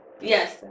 Yes